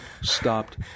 stopped